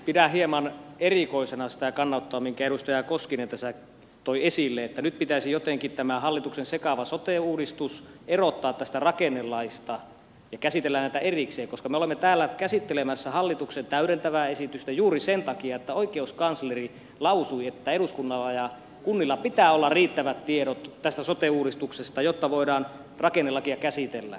pidän hieman erikoisena sitä kannanottoa minkä edustaja koskinen tässä toi esille että nyt pitäisi jotenkin tämä hallituksen sekava sote uudistus erottaa tästä rakennelaista ja käsitellä näitä erikseen koska me olemme täällä käsittelemässä hallituksen täydentävää esitystä juuri sen takia että oikeuskansleri lausui että eduskunnalla ja kunnilla pitää olla riittävät tiedot tästä sote uudistuksesta jotta voidaan rakennelakia käsitellä